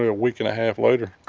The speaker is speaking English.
ah week and a half later.